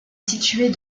située